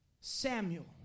Samuel